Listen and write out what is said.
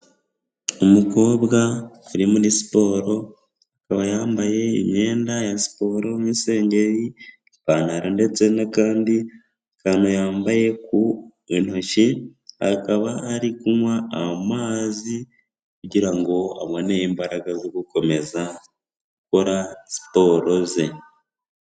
Umukobwa ari muri siporo akaba yambaye imyenda ya siporo n'isengeri, ipantaro ndetse n'akandi kantu yambaye ku intoki, akaba ari kunywa amazi kugira ngo abone imbaraga zo gukomeza gukora siporo ze.